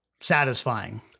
satisfying